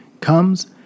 comes